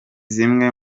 zimwe